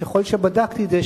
ככל שבדקתי את זה,